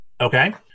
Okay